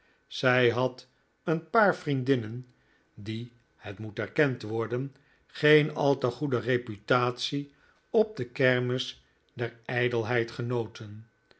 zij had een paar vriendinnen die het moet erkend worden geen al te goede reputatie op de kermis der ijdelheid genoten